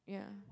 yeah